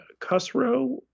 Cusrow